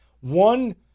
one